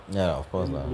ya of course ah